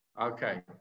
Okay